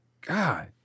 God